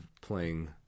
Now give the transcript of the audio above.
playing